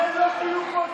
אתם לא תהיו פה,